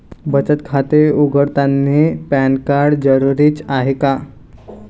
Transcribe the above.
बचत खाते उघडतानी पॅन कार्ड जरुरीच हाय का?